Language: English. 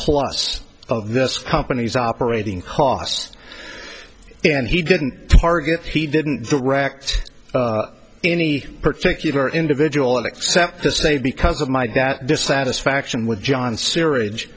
plus of this company's operating costs and he didn't target he didn't direct any particular individual except to say because of my that dissatisfaction with john syringe